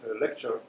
lecture